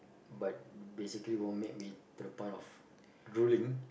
but basically won't make me to a point of drooling